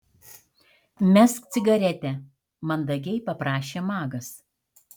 mesk cigaretę mandagiai paprašė magas